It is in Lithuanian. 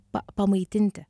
pa pamaitinti